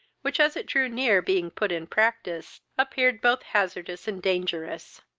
which, as it drew near being put in practice, appeared both hazardous and dangerous.